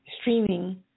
streaming